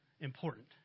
important